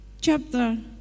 chapter